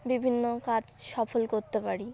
বিভিন্ন কাজ সফল করতে পারি